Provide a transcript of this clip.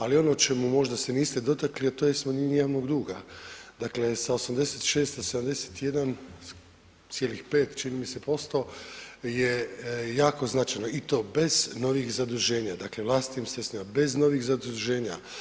Ali ono o čemu možda se niste dotakli a to je smanjenje javnog duga dakle sa 86 na 71,5 čini mi se posto je jako značajno i to bez novih zaduženja, dakle vlastitim sredstvima, bez novih zaduženja.